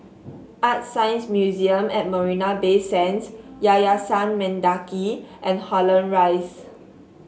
ArtScience Museum at Marina Bay Sands Yayasan Mendaki and Holland Rise